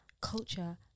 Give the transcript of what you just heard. culture